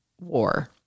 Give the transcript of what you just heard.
war